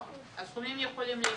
הסכומים יכולים להשתנות.